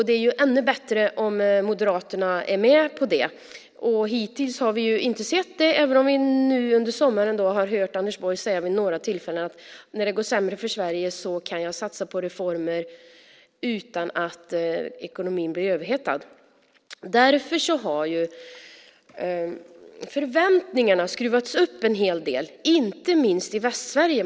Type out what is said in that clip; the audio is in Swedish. Det är ännu bättre om Moderaterna är med på det. Hittills har vi inte sett det, även om vi vid några tillfällen under sommaren hört Anders Borg säga att när det går sämre för Sverige kan han satsa på reformer utan att ekonomin blir överhettad. Därför har förväntningarna skruvats upp en hel del, inte minst i Västsverige.